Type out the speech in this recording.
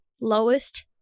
lowest